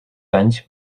anys